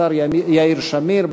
השר יאיר שמיר.